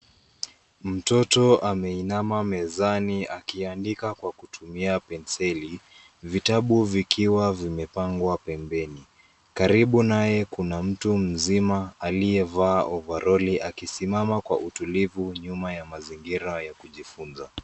Mtoto ameinama mezani akiandika kwa kutumia penseli vitabu vikiwa vimepangwa pembeni. Karibu naye kuna mtu mzima aliye vaa ovaroli akisimama kwa utulivu nyuma ya mazingira ya kujifunza.